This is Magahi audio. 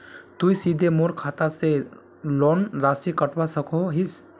तुई सीधे मोर खाता से लोन राशि कटवा सकोहो हिस?